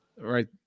Right